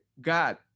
god